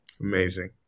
Amazing